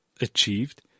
achieved